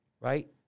Right